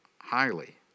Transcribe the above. highly